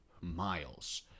miles